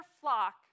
flock